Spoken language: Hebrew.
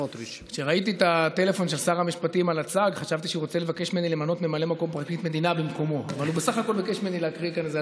ותועבר גם היא לוועדת הכספים להכנתה לקריאה